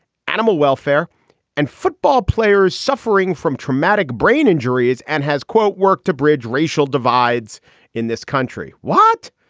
animal welfare and football players suffering from traumatic brain injury is and has, quote, worked to bridge racial divides in this country. what?